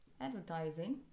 advertising